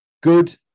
good